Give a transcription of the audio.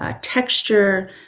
texture